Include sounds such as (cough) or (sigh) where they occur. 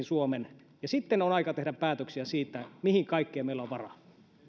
(unintelligible) suomen normaaliolosuhteisiin ja sitten on aika tehdä päätöksiä siitä mihin kaikkeen meillä on varaa